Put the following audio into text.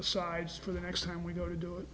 aside for the next time we go to do it